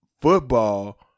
football